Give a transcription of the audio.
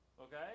okay